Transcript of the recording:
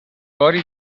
باری